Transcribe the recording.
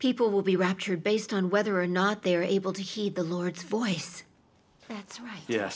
people will be raptured based on whether or not they are able to heed the lord's voice that's right ye